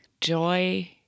joy